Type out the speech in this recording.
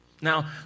Now